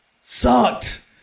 sucked